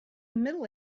middle